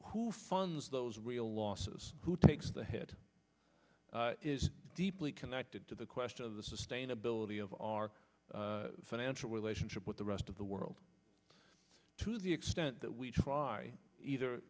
who funds those real losses who takes the hit is deeply connected to the question of the sustainability of our financial relationship with the rest of the world to the extent that we try either